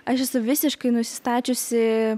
aš esu visiškai nusistačiusi